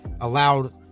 allowed